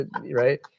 Right